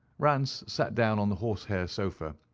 rance sat down on the horsehair sofa,